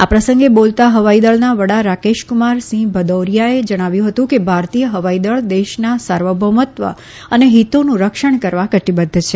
આ પ્રસંગે બોલતાં હવાઇ દળના વડા રાકેશ કુમાર સિંહ ભદૈારીયાએ જણાવ્યું હતું કે ભારતીય હવાઇ દળ દેશના સાર્વભૌમત્વ અને હિતોનું રક્ષણ કરવા કટીબઘ્ઘ છે